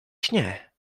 śnie